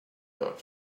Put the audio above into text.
not